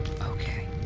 Okay